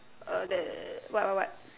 a that what what what